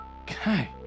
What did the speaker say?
Okay